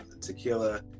tequila